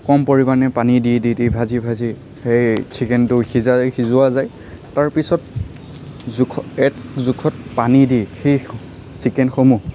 কম পৰিমাণে পানী দি দি দি ভাজি ভাজি সেই চিকেনটো সিজায় সিজোৱা যায় তাৰ পিছত জোখত জোখত পানী দি সেই চিকেনসমূহ